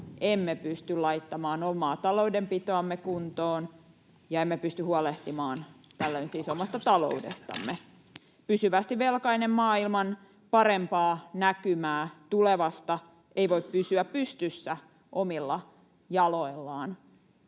emme pysty laittamaan omaa taloudenpitoamme kuntoon, ja emme pysty huolehtimaan tällöin siis omasta taloudestamme. Pysyvästi velkainen maa ilman parempaa näkymää tulevasta ei voi pysyä pystyssä omilla jaloillaan,